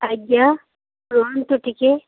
ଆଜ୍ଞା ରୁହନ୍ତୁ ଟିକେ